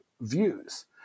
views